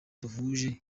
duhuje